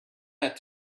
had